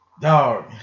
Dog